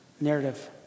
narrative